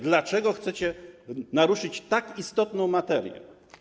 Dlaczego chcecie naruszyć tak istotną materię?